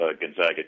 Gonzaga